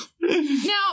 Now-